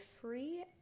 free